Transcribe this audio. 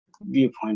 viewpoint